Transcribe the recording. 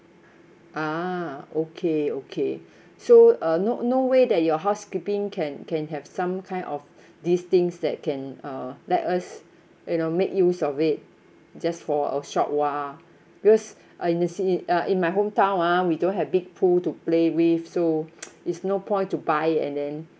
ah okay okay so uh no no way that your housekeeping can can have some kind of these things that can uh let us you know make use of it just for a short while because honestly uh in my hometown ah we don't have big pool to play with so it's no point to buy and then